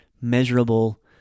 measurable